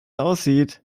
aussieht